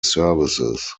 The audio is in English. services